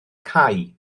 cau